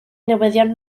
newyddion